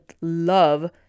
love